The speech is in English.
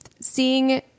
seeing